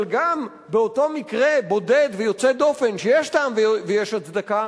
אבל גם באותו מקרה בודד ויוצא דופן שיש טעם ויש הצדקה,